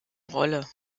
rolle